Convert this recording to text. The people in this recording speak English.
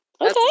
okay